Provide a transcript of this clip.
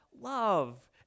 love